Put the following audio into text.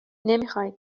نمیخای